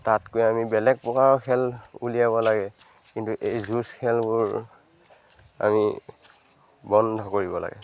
তাতকৈ আমি বেলেগ প্ৰকাৰৰ খেল উলিয়াব লাগে কিন্তু এই যুঁজ খেলবোৰ আমি বন্ধ কৰিব লাগে